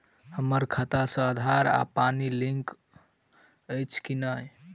हम्मर खाता सऽ आधार आ पानि लिंक अछि की नहि?